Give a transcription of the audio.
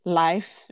life